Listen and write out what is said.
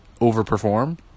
overperform